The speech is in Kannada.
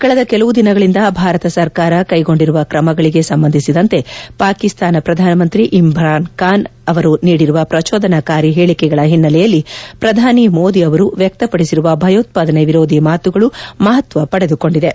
ಕಳೆದ ಕೆಲವು ದಿನಗಳಿಂದ ಭಾರತ ಸರ್ಕಾರ ಕೈಗೊಂಡಿರುವ ಕ್ರಮಗಳಿಗೆ ಸಂಬಂಧಿಸಿದಂತೆ ಪಾಕಿಸ್ತಾನ ಪ್ರಧಾನಮಂತ್ರಿ ಇಮ್ರಾನ್ ಬಾನ್ ನೀಡಿರುವ ಪ್ರಚೋದನಾಕಾರಿ ಹೇಳಿಕೆಗಳ ಹಿನ್ನೆಲೆಯಲ್ಲಿ ಪ್ರಧಾನಿ ಮೋದಿ ಅವರು ವ್ಯಕ್ತಪಡಿಸಿರುವ ಭಯೋತ್ವಾದನೆ ವಿರೋಧಿ ಮಾತುಗಳು ಮಹತ್ವ ಪಡೆದುಕೊಂಡಿವೆ